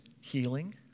healing